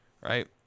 right